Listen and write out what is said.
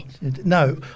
No